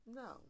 no